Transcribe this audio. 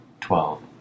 Twelve